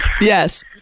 Yes